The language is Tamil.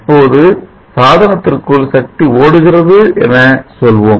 அப்பொழுது சாதனத்திற்குள் சக்தி ஓடுகிறது என சொல்வோம்